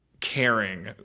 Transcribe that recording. Caring